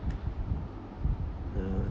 uh